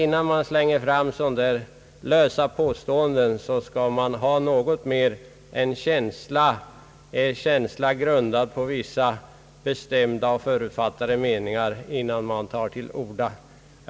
När man tar till orda, bör man ha något bättre underlag än en känsla som är grundad på vissa bestämda och förutfattade meningar. Man bör inte kasta fram så lösa påståenden som herr Persson nu har gjort.